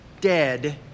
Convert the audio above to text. dead